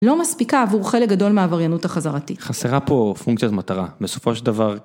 ‫לא מספיקה עבור חלק גדול ‫מהעבריינות החזרתית. ‫חסרה פה פונקצית מטרה. ‫בסופו של דבר...